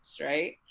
right